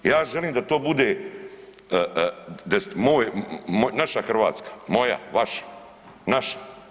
Ja želim da to bude moj, naša Hrvatska, moja, vaša, naša.